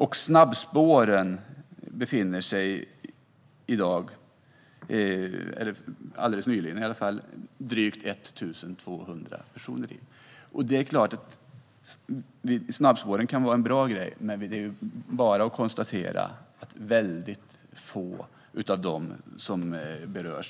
I snabbspåren befinner sig drygt 1 200 personer. Snabbspåren kan förstås vara en bra sak, men det är bara att konstatera att väldigt få av de berörda